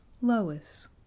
Lois